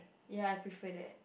ya I prefer that